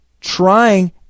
trying